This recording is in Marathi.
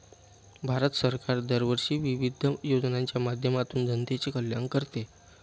भारत सरकार दरवर्षी विविध योजनांच्या माध्यमातून जनतेचे कल्याण करते